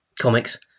comics